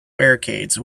barricades